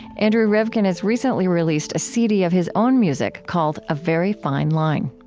andrew revkin has recently released a cd of his own music called a very fine line.